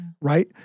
right